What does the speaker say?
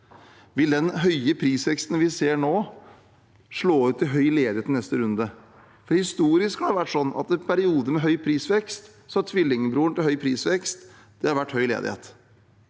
Vil den høye prisveksten vi ser nå, slå ut i høy ledighet i neste runde? Historisk har vært sånn at i en periode med høy prisvekst har tvillingbroren til høy prisvekst vært høy ledighet.